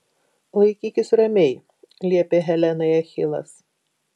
laikykis ramiai liepė helenai achilas